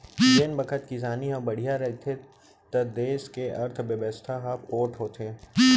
जेन बखत किसानी ह बड़िहा रहिथे त देस के अर्थबेवस्था ह पोठ होथे